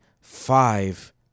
five